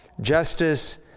justice